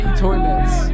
toilets